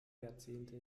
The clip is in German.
jahrzehnte